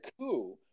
coup